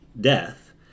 death